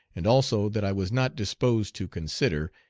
and also that i was not disposed to consider,